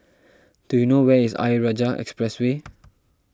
do you know where is Ayer Rajah Expressway